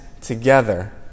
together